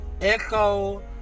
Echo